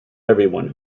everyone